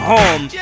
Home